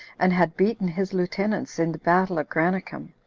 and had beaten his lieutenants in the battle at granicum,